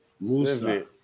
Musa